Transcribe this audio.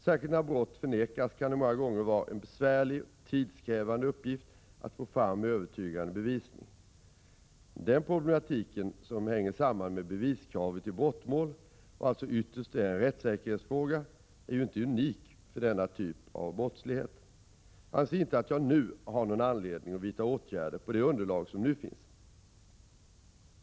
Särskilt när brott förnekas kan det många gånger vara en besvärlig och tidskrävande uppgift att få fram övertygande bevisning. Men den problematiken, som hänger samman med beviskravet i brottmål och alltså ytterst är en rättssäkerhetsfråga, är ju inte unik för denna typ av brottslighet. Jag anser inte att jag har någon anledning att vidta åtgärder på det underlag som nu finns.